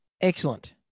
excellent